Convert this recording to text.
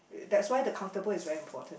that's why the comfortable is very important